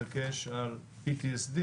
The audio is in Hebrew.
בדגש על PTSD,